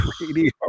radio